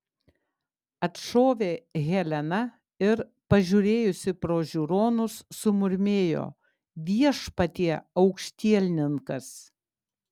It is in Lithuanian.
atšovė helena ir pažiūrėjusi pro žiūronus sumurmėjo viešpatie aukštielninkas